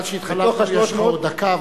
מכיוון שהתחלפתי יש לך עוד דקה,